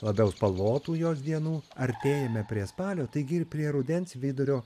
labiau spalvotų jos dienų artėjame prie spalio taigi ir prie rudens vidurio